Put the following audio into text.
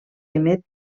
emet